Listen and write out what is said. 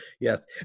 Yes